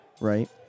right